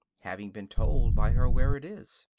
having been told by her where it is?